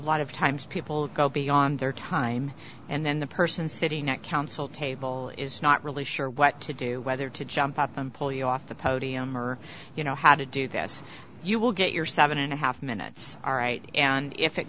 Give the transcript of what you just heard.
lot of times people go beyond their time and then the person sitting at counsel table is not really sure what to do whether to jump up and pull you off the podium or you know how to do this you will get your seven and a half minutes all right and if it